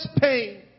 pain